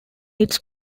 its